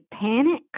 panic